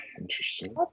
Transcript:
Interesting